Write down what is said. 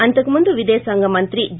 అంతకుముందు విదేశాంగ మంత్రి ఎస్